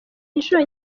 inshuro